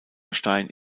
gestein